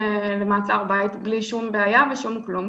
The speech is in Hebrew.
למעצר בית בלי שום בעיה ושום כלום.